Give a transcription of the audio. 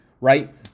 right